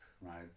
Right